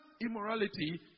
immorality